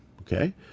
okay